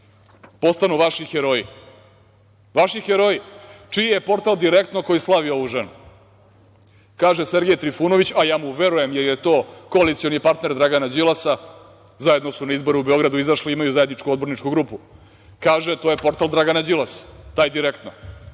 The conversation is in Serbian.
postanu vaši heroji. Vaši heroji! Čiji je portal „Direktno“ koji slavi ovu ženu? Kaže Sergej Trifunović, a ja mu verujem, jer je to koalicioni partner Dragana Đilasa, zajedno su na izbore u Beogradu izašli, imaju zajedničku odborničku grupu, to je portal Dragana Đilasa, taj „Direktno“.